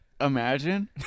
imagine